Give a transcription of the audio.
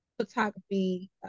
photography